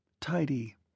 Tidy